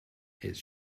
its